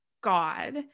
God